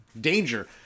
danger